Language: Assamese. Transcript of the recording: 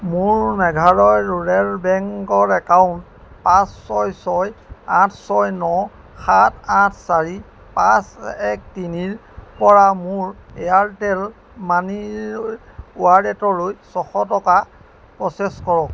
মোৰ মেঘালয় ৰুৰেল বেংকৰ একাউণ্ট পাঁচ ছয় ছয় আঠ ছয় ন সাত আঠ চাৰি পাঁচ এক তিনিৰ পৰা মোৰ এয়াৰটেল মানিৰ ৱালেটলৈ ছশ টকা প্ৰ'চেছ কৰক